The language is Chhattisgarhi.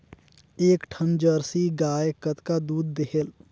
एक ठन जरसी गाय कतका दूध देहेल?